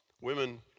Women